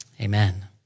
Amen